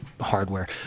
hardware